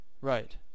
Right